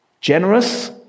generous